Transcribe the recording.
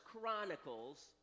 Chronicles